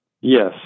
Yes